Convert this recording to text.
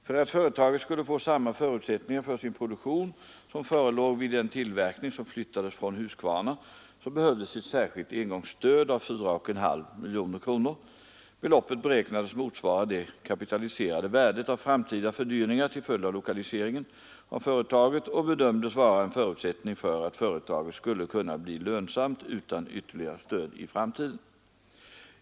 För att företaget skulle få samma förutsättningar för sin produktion som förelåg vid den tillverkning som flyttades från Huskvarna behövdes ett särskilt engångsstöd av 4,5 miljoner kronor. Beloppet beräknades motsvara det kapitaliserade värdet av framtida fördyringar till följd av lokaliseringen av företaget och bedömdes vara en förutsättning för att företaget skulle kunna bli lönsamt utan ytterligare stöd i framtiden.